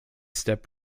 step